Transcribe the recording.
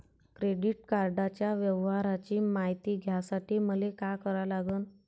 Credit कार्डाच्या व्यवहाराची मायती घ्यासाठी मले का करा लागन?